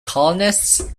colonists